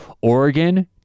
Oregon